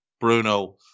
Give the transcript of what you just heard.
Bruno